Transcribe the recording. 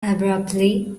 abruptly